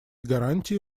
гарантии